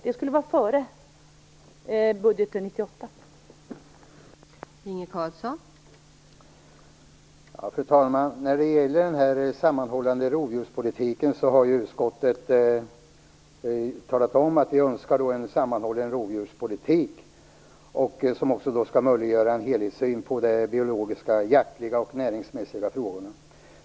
Det skulle vara före budgeten 1998.